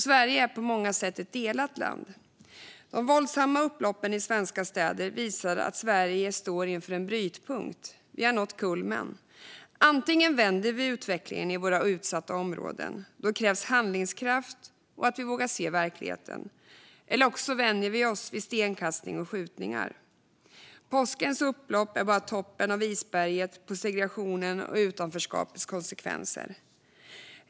Sverige är på många sätt ett delat land. De våldsamma upploppen i svenska städer visar att Sverige står inför en brytpunkt. Vi har nått kulmen. Antingen vänder vi utvecklingen i våra utsatta områden - då krävs handlingskraft och att vi vågar se verkligheten - eller så vänjer vi oss vid stenkastning och skjutningar. Påskens upplopp är bara toppen av isberget med segregationens och utanförskapets konsekvenser.